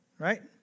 Right